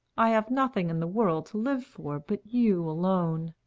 i have nothing in the world to live for but you alone.